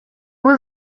was